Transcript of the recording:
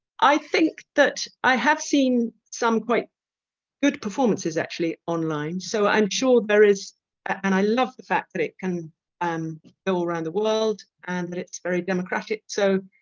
i think that i have seen some quite good performances actually online so i'm sure there is and i love the fact that it can um go all around the world and that it's very democratic so